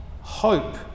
hope